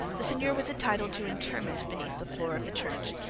the seigneur was entitled to interment beneath the floor of the church,